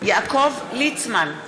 יעקב ליצמן,